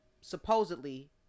supposedly